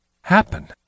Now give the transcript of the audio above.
happen